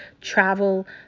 travel